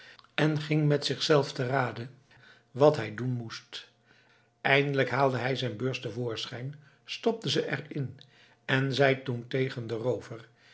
en ging met zichzelf te rade wat hij doen moest eindelijk haalde hij zijn beurs te voorschijn stopte ze er in en zei toen tegen den roover